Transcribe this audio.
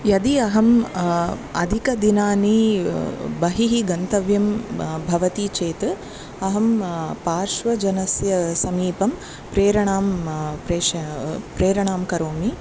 यदि अहं अधिकदिनानि बहिः गन्तव्यं भवति चेत् अहं पार्श्वजनस्य समीपं प्रेरणां प्रेष् प्रेरणां करोमि